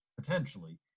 potentially